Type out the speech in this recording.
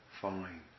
fine